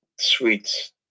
sweets